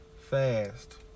fast